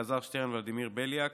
אלעזר שטרן וולדימיר בליאק,